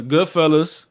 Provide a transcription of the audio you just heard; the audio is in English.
Goodfellas